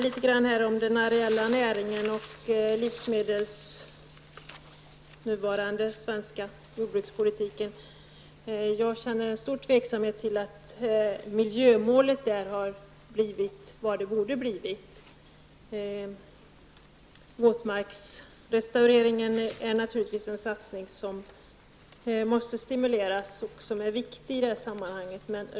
Sedan till den areella näringen och den nuvarande svenska jordbrukspolitiken. Jag känner stor osäkerhet om huruvida miljömålet har blivit vad det borde ha blivit. Våtmarksrestaureringen är naturligtvis en satsning som måste stimuleras, eftersom den är viktig i sammanhanget.